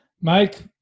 Mike